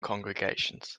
congregations